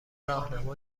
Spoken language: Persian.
راهنما